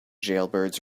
jailbirds